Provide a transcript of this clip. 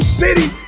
city